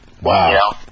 Wow